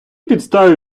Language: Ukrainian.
підставі